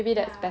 ya